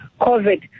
COVID